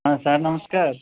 ହଁ ସାର୍ ନମସ୍କାର୍